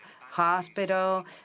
hospital